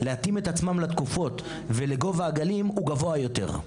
להתאים את עצמם לתקופות ולגובה הגלים הוא גבוה יותר.